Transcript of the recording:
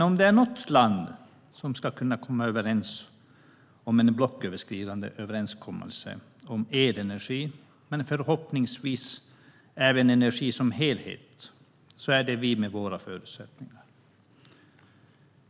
Om det är något land som ska kunna göra en blocköverskridande överenskommelse om elenergi och förhoppningsvis även energi som helhet är det vårt land, med våra förutsättningar.